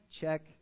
check